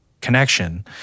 connection